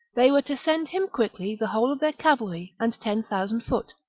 they were to send him quickly the whole of their cavalry and ten thousand foot,